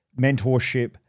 mentorship